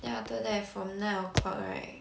then after that from nine o'clock right